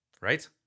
right